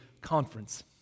conference